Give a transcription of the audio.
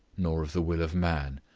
nor of the will of man,